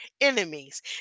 enemies